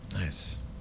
Nice